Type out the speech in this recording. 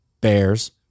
Bears